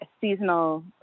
seasonal